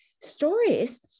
stories